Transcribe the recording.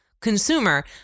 consumer